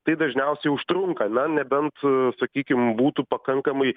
tai dažniausiai užtrunka na nebent sakykim būtų pakankamai